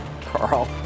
Carl